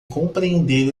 compreender